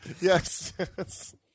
yes